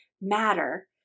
matter